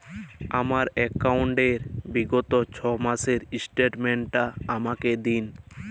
আমার অ্যাকাউন্ট র বিগত ছয় মাসের স্টেটমেন্ট টা আমাকে দিন?